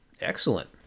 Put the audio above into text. excellent